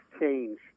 change